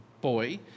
boy